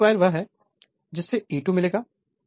यह E22 वह है जिससे E2 मिलेगा